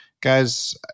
Guys